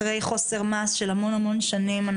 אחרי חוסר מעש של המון המון שנים,